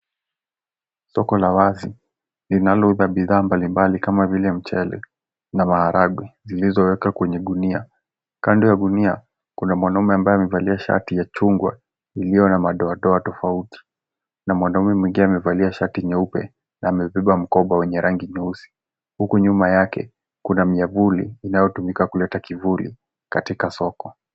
Soko la wazi linalouza bidhaa mbalimbali kama vile mchele na maharagwe zilizowekwa kwenye gunia. Kando ya gunia kuna mwanaume ambaye amevalia shati la chungwa iliyo na madoadoa tofauti na mwanaume mwingine amevalia shati nyeupe na amebeba mkoba wenye rangi nyeusi huku nyuma yake kuna miavuli inayotumika kuleta kivuli katika soko.